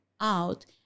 out